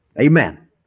Amen